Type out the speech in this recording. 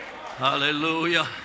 Hallelujah